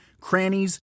crannies